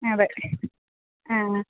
അതെ ആ